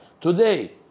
Today